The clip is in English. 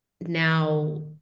now